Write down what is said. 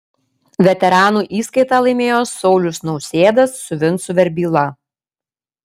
veteranų įskaitą laimėjo saulius nausėdas su vincu verbyla